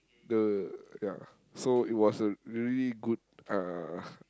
the ya so it was a really good uh